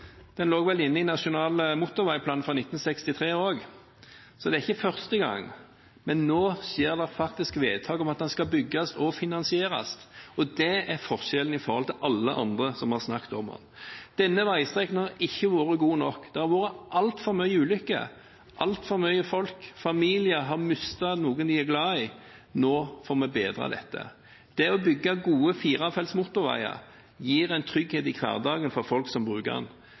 Den lå vel inne i nasjonal motorveiplan fra 1963 også, så det er ikke første gang. Men nå skjer det faktisk vedtak om at den skal bygges og finansieres, og det er forskjellen i forhold til alle andre som har snakket om det. Denne veistrekningen har ikke vært god nok. Det har vært altfor mange ulykker. Altfor mange folk, familier, har mistet noen de er glad i. Nå får vi bedret dette. Det å bygge gode firefelts motorveier gir en trygghet i hverdagen for folk som bruker